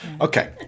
Okay